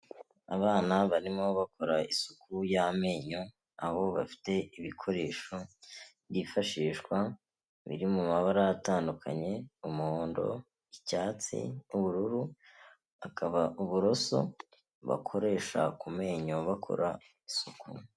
Abana barimo bakora isuku y'amenyo, aho bafite ibikoresho byifashishwa biri mu mabara atandukanye umuhondo, icyatsi, n'ubururu. Akaba uburoso bakoresha ku menyo bakora isuku.